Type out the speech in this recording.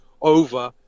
over